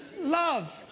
love